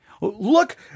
Look